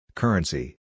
Currency